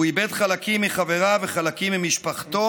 הוא איבד חלק מחבריו וחלק ממשפחתו,